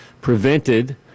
prevented